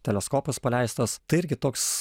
teleskopas paleistas tai irgi toks